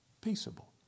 peaceable